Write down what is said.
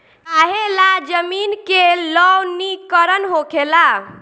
काहें ला जमीन के लवणीकरण होखेला